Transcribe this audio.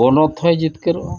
ᱯᱚᱱᱚᱛ ᱦᱚᱸᱭ ᱡᱤᱛᱠᱟᱹᱨᱚᱜᱼᱟ